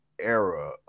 era